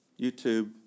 YouTube